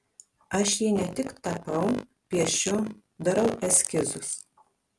aš jį ne tik tapau piešiu darau eskizus